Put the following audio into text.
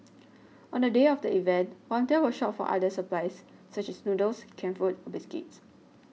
on the day of the event volunteers will shop for other supplies such as noodles canned food or biscuits